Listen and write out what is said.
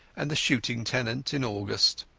and the shooting tenants in august.